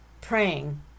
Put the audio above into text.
praying